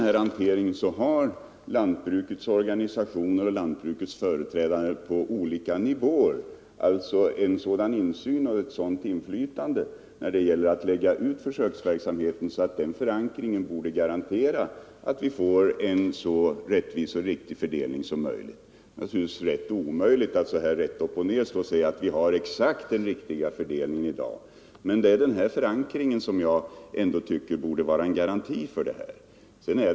Jag menar att lantbrukets organisationer och företrädare på olika nivåer har en sådan insyn och ett sådant inflytande när det gäller utläggningen av försöksverksamheten att detta borde garantera en så rättvis och riktig fördelning som möjligt. Det är naturligtvis omöjligt att så här rakt upp och ner hävda att vi i dag har den exakt riktiga fördelningen. Men förankringen av verksamheten i lantbrukets organisationer och bland lantbrukets företrädare tycker jag borde vara en garanti för en riktig fördelning.